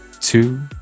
two